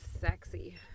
sexy